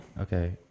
Okay